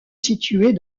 située